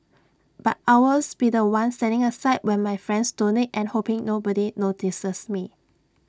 but I'll always be The One standing aside when my friends donate and hoping nobody notices me